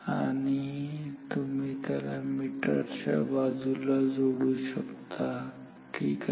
आणि तुम्ही त्याला मीटर च्या बाजूला जोडू शकता ठीक आहे